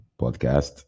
podcast